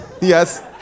Yes